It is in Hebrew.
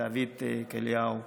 זהבית כאליהו,